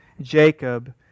Jacob